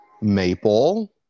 Maple